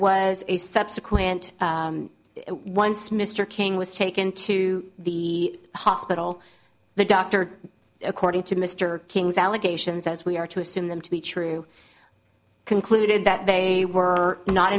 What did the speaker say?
was a subsequent one smith king was taken to the hospital the doctor according to mr king's allegations as we are to assume them to be true concluded that they were not